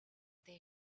they